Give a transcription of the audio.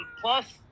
plus